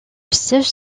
siège